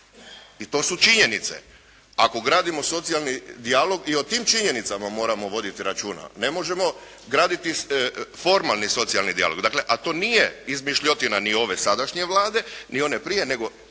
I to su činjenice. Ako gradimo socijalni dijalog i o tim činjenicama moramo voditi računa. Ne možemo graditi formalni socijalni dijalog, dakle a to nije izmišljotina ni ove sadašnje Vlade ni one prije nego